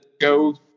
go